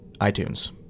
iTunes